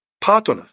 partner